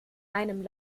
einem